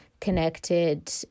connected